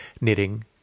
knitting